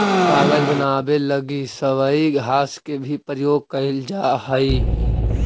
कागज बनावे लगी सबई घास के भी प्रयोग कईल जा हई